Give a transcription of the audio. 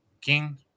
King